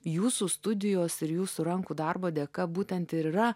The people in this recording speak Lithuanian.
jūsų studijos ir jūsų rankų darbo dėka būtent ir yra